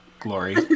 glory